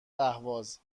اهواز